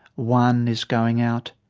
one is going out.